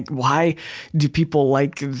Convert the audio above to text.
why do people like